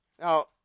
Now